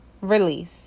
release